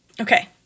Okay